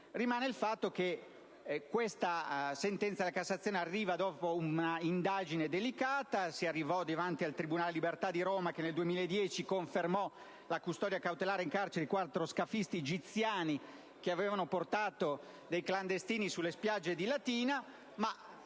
Rimane il fatto che questa sentenza della Cassazione arriva dopo un'indagine delicata, che arrivò davanti al Tribunale della libertà di Roma, che nel 2010 confermò la custodia cautelare in carcere di quattro scafisti egiziani che avevano portato dei clandestini sulle spiagge di Latina. La